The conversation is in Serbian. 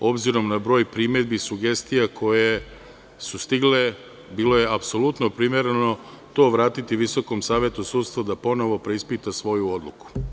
S obzirom na broj primedbi i sugestija koje su stigle, bilo je apsolutno primereno to vratiti Visokom savetu sudstva da ponovo preispita svoju odluku.